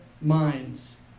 minds